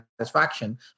satisfaction